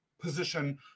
position